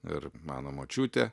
ir mano močiutė